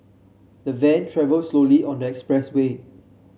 the van travelled slowly on the expressway